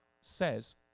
says